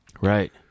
Right